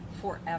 forever